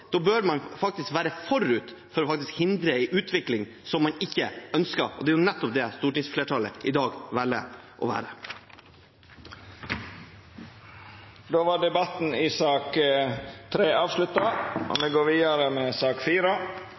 Da bør man faktisk være i forkant for å hindre en utvikling som man ikke ønsker. Det er nettopp det stortingsflertallet i dag velger å være. Fleire har ikkje bedt om ordet til sak nr. 3. Etter ønske frå arbeids- og